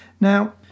Now